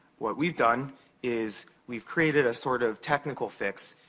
what we've done is we've created a sort of technical fix,